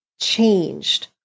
changed